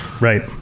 Right